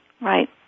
Right